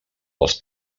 dels